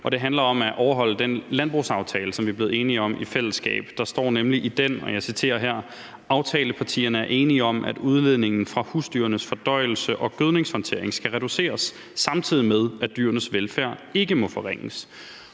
det handler om at overholde den landbrugsaftale, som vi er blevet enige om i fællesskab. Der står nemlig i den: »Aftaleparterne er enige om, at udledningen fra husdyrenes fordøjelse og gødningshåndtering skal reduceres, samtidig med at dyrenes velfærd ikke må forringes.«